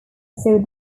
saw